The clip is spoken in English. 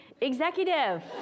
executive